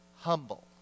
humble